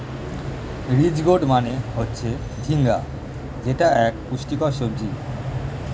ridge gourd মানে হচ্ছে ঝিঙ্গা যেটি এক পুষ্টিকর সবজি